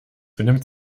benimmt